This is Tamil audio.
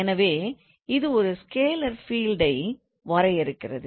எனவே இது ஒரு ஸ்கேலார் பீல்ட் ஐ வரையறுக்கிறது